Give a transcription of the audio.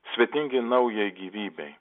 svetingi naujai gyvybei